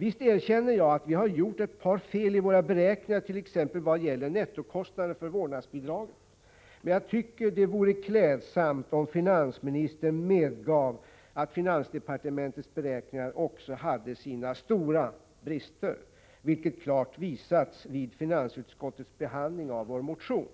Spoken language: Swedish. Visst erkänner jag att vi hade gjort ett par fel i våra beräkningar, t.ex. vad gäller nettokostnaden för vårdnadsbidraget, men jag tycker det vore klädsamt om finansministern medgav att finansdepartementets beräkningar också hade sina stora brister, vilket klart visats vid finansutskottets behandling av vår motion.